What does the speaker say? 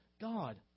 God